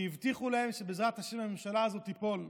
הבטיחו להם שבעזרת השם הממשלה הזאת תיפול.